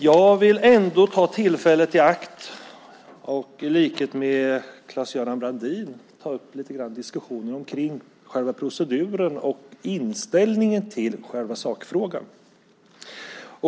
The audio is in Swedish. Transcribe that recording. Jag vill ändå ta tillfället i akt att, i likhet med Claes-Göran Brandin, ta upp diskussionen kring själva proceduren och inställningen till själva sakfrågan.